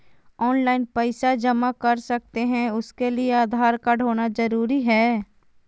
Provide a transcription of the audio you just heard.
Online पैसा जमा कर सकते हैं उसके लिए आधार कार्ड होना जरूरी है?